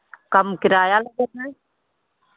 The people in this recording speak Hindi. कम किराया भी लगेगा